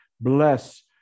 Bless